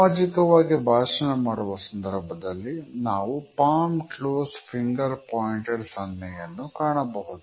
ಸಾಮಾಜಿಕವಾಗಿ ಭಾಷಣ ಮಾಡುವ ಸಂದರ್ಭದಲ್ಲಿ ನಾವು ಪಾಮ್ ಕ್ಲೋಸ್ಡ್ ಫಿಂಗರ್ ಪಾಯಿಂಟೆಡ್ ಸನ್ನೆ ಯನ್ನು ಕಾಣಬಹುದು